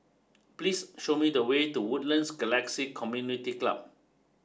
please show me the way to Woodlands Galaxy Community Club